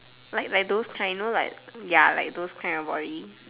like like those kind like ya like those kind of body